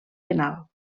penal